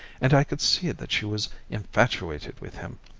and i could see that she was infatuated with him.